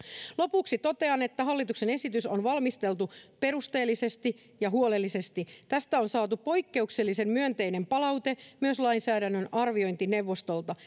lopuksi totean että hallituksen esitys on valmisteltu perusteellisesti ja huolellisesti tästä on saatu poikkeuksellisen myönteinen palaute myös lainsäädännön arviointineuvostolta